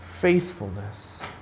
faithfulness